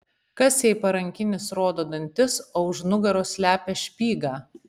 kas jei parankinis rodo dantis o už nugaros slepia špygą